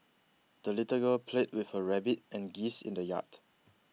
the little girl played with her rabbit and geese in the yard